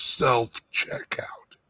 self-checkout